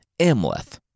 Amleth